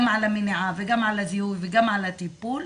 על המניעה וגם על הזיהוי וגם על הטיפול.